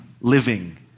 living